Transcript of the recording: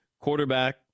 quarterback